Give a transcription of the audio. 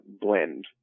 Blend